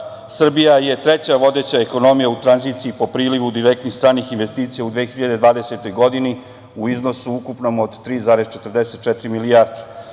Srbija je treća vodeća ekonomija u tranziciji po prilivu direktnih stranih investicija u 2020. godini u ukupnom iznosu od 3,44 milijarde.